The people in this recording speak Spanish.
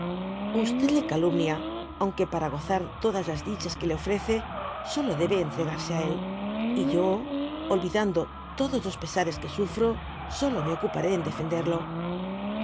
le calumnia aunque para gozar todas las dichas que le ofrece solo debe entregarse á él j y yo olvidando todos los pesares que sufro solo me ocuparé en